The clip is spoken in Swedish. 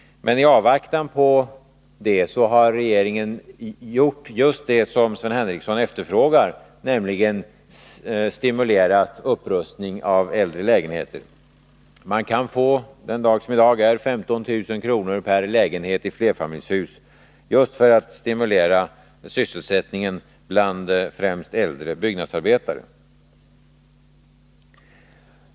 Men i avvaktan på det har regeringen gjort just det som Sven Henricsson efterfrågar, nämligen stimulerat upprustning av äldre lägenheter. Man kan få, den dag som i dag är, 15 000 kr. per lägenhet i flerfamiljshus, detta för att stimulera sysselsättningen bland främst äldre byggnadsarbetare.